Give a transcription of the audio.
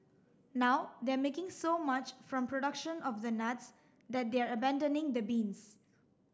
now they're making so much from production of the nuts that they're abandoning the beans